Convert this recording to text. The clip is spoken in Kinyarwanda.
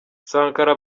sankara